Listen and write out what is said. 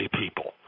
people